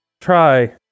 try